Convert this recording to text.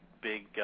big